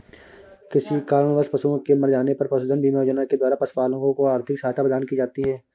किसी कारणवश पशुओं के मर जाने पर पशुधन बीमा योजना के द्वारा पशुपालकों को आर्थिक सहायता प्रदान की जाती है